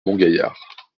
montgaillard